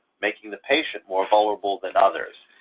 making the patient more vulnerable than others.